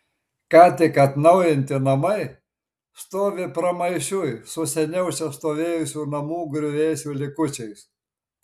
ką tik atnaujinti namai stovi pramaišiui su seniau čia stovėjusių namų griuvėsių likučiais